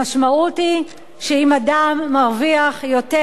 המשמעות היא שאם אדם מרוויח יותר,